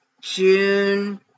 June